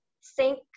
sink